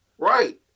Right